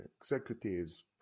executives